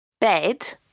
bed